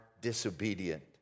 disobedient